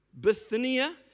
Bithynia